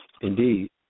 Indeed